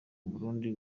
burundi